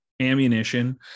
ammunition